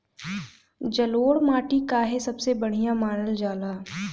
जलोड़ माटी काहे सबसे बढ़िया मानल जाला?